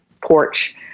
porch